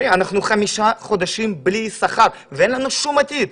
אומרים: אנחנו חמישה חודשים בלי שכר ואין לנו שום עתיד.